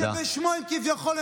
תודה.